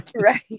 Right